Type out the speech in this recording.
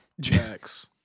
Jax